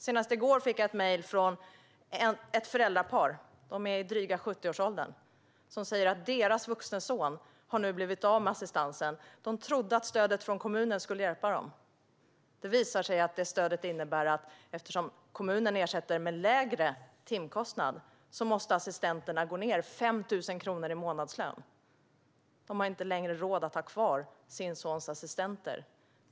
Senast i går fick jag ett mejl från ett föräldrapar i dryga 70-årsåldern. De berättade att deras vuxne son nu har blivit av med assistansen. De trodde att stödet från kommunen skulle hjälpa dem. Det visade sig dock att detta stöd innebär att assistenterna måste gå ned 5 000 kronor i månadslön, eftersom kommunen ersätter med lägre timkostnad. Föräldrarna har inte längre råd att ha kvar sin sons assistenter.